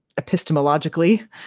epistemologically